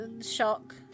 Shock